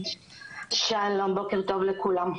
בוקר טוב לכולם.